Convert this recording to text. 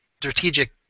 strategic